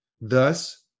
Thus